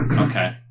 Okay